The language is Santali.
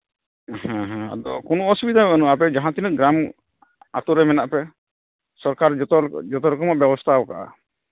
ᱟᱫᱚ ᱠᱳᱱᱚ ᱚᱥᱩᱵᱤᱫᱟ ᱵᱟᱹᱱᱩᱜᱼᱟ ᱟᱯᱮ ᱡᱟᱦᱟᱸ ᱛᱤᱱᱟᱹᱜ ᱜᱨᱟᱢ ᱟᱛᱳ ᱨᱮ ᱢᱮᱱᱟᱜ ᱯᱮ ᱥᱚᱨᱠᱟᱨ ᱥᱚᱨᱠᱟᱨ ᱡᱚᱛᱚᱨᱚᱠᱚᱢᱟᱜ ᱵᱮᱵᱚᱥᱛᱷᱟ ᱠᱟᱜᱼᱟ